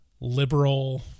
liberal